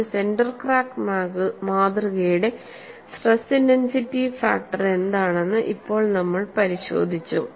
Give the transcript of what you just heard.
ഒരു centre cracked മാതൃകയുടെ stress intensity factor എന്താണെന്ന് ഇപ്പോൾ നമ്മൾ പരിശോധിച്ചു